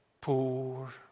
poor